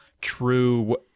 true